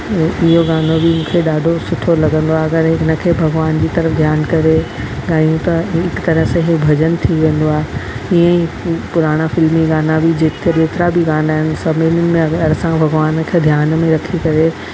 इ इहो गानो बि मूंखे ॾाढो सुठो लॻंदो आहे अगरि हे हिन खे भॻवान जी तरफ ध्यानु करे ॻायूं त ही हिकु तरह से हू भॼन थी वेंदो आहे ईअं ई पु पुराणा फिल्मी गाना बि जे जेतिरा बि गाना आहिनि सभिनि में अगरि असां भगवान खे ध्यानु में रखी करे